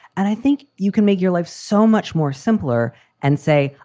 and i think you can make your life so much more simpler and say,